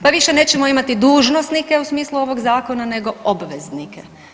Pa više nećemo imati dužnosnike u smislu ovog zakona, nego obveznike.